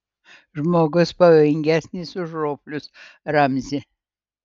žmogus pavojingesnis už roplius ramzi